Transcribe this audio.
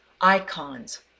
icons